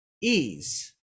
ease